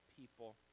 people